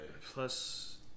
Plus